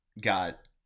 got